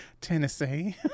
Tennessee